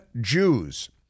Jews